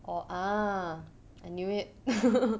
or ah I knew it